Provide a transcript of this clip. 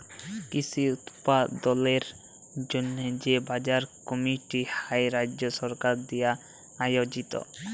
কৃষি উৎপাদলের জন্হে যে বাজার কমিটি হ্যয় রাজ্য সরকার দিয়া আয়জিত